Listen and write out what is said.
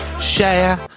share